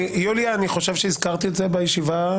יוליה, אני חושב שהזכרתי את זה בישיבה.